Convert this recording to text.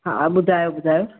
हा ॿुधायो ॿुधायो